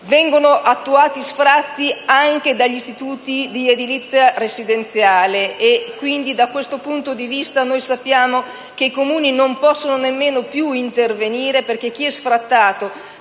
Vengono attuati sfratti anche dagli istituti di edilizia residenziale. Da questo punto di vista sappiamo che nemmeno i Comuni possono più intervenire, perché chi è sfrattato